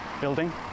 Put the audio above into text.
building